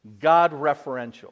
God-referential